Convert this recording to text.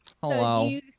Hello